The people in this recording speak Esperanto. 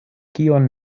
kion